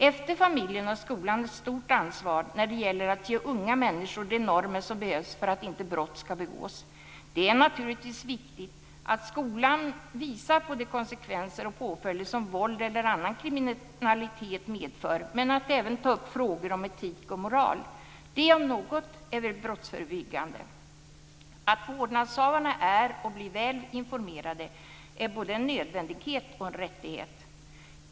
Efter familjen har skolan ett stort ansvar när det gäller att ge unga människor de normer som behövs för att inte brott ska begås. Det är naturligtvis viktigt att skolan visar på de konsekvenser och påföljder som våld eller annan kriminalitet medför men även att ta upp frågor om etik och moral. Det om något är väl brottsförebyggande. Att vårdnadshavarna är och blir väl informerade är både en nödvändighet och en rättighet.